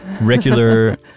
regular